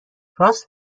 راست